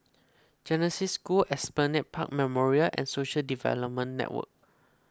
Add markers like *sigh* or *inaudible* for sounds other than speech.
Genesis School *noise* and Esplanade Park Memorials and Social Development Network